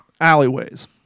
alleyways